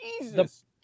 Jesus